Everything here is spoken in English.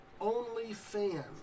OnlyFans